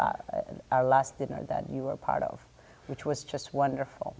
in our last dinner that you were part of which was just wonderful